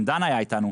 גם דן היה איתנו,